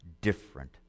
different